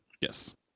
yes